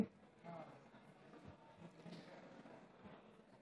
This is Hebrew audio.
מיכל רוזין,